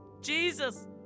Jesus